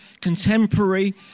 contemporary